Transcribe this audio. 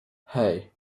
hey